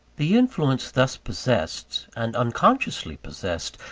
the influence thus possessed, and unconsciously possessed,